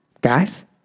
guys